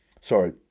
Sorry